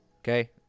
okay